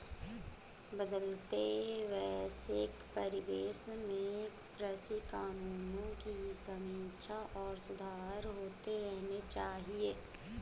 बदलते वैश्विक परिवेश में कृषि कानूनों की समीक्षा और सुधार होते रहने चाहिए